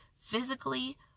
physically